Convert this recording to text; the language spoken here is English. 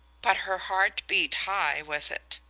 but her heart beat high with it.